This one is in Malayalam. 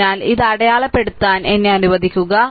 അതിനാൽ ഇത് അടയാളപ്പെടുത്താൻ എന്നെ അനുവദിക്കുക